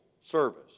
service